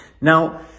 Now